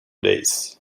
days